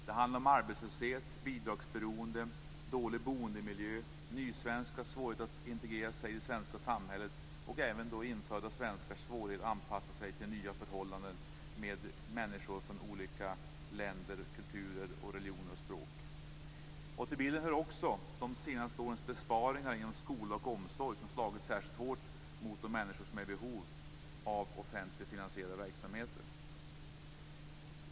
Det handlar om arbetslöshet, bidragsberoende, dålig boendemiljö, nysvenskars svårighet att integrera sig i det svenska samhället och även infödda svenskars svårighet att anpassa sig till nya förhållanden som innefattar människor från olika länder, kulturer, religioner och språk. Till bilden hör också de senaste årens besparingar inom skola och omsorg som slagit särskilt hårt mot de människor som är i behov av offentligt finansierade verksamheter.